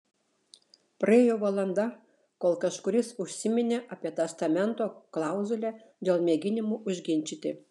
praėjo valanda kol kažkuris užsiminė apie testamento klauzulę dėl mėginimo užginčyti